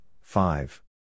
five